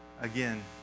Again